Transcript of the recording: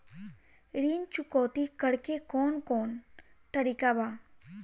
ऋण चुकौती करेके कौन कोन तरीका बा?